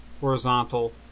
horizontal